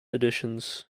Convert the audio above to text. editions